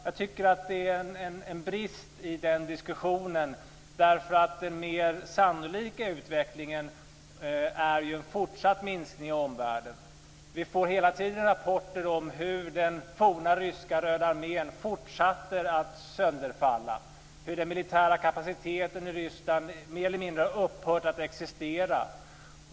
Jag tycker att det är en brist i den diskussionen, eftersom den mer sannolika utvecklingen är att det blir en fortsatt minskning av dessa utgifter i omvärlden. Vi får hela tiden rapporter om hur den forna ryska röda armén fortsätter att sönderfalla och om hur den militära kapaciteten i Ryssland mer eller mindre har upphört att existera.